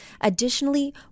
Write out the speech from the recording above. Additionally